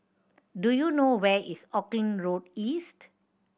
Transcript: do you know where is Auckland Road East